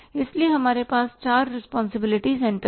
इसलिए हमारे पास चार रिस्पांसिबिलिटी सेंटर हैं